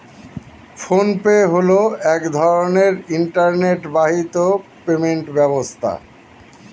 phone pay হলো এক ধরনের ইন্টারনেট বাহিত পেমেন্ট ব্যবস্থা